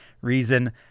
reason